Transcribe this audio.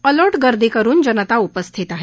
अलोट गर्दी करुन जनता उपस्थित होती